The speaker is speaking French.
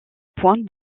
pointe